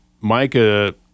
Micah